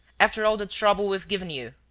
after all the trouble we've given you!